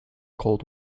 cold